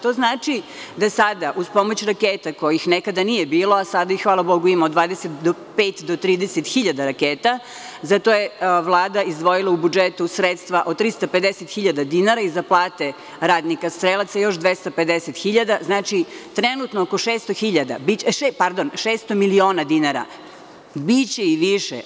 To znači da sada uz pomoć raketa kojih nekada nije bilo, a sada ih hvala Bogu ima 25 do 30 hiljada raketa, za to je Vlada izdvojila u budžetu sredstva od 350 hiljada dinara i za plate radnika strelaca još 250 hiljada, znači trenutno oko 600 miliona dinara, biće i više.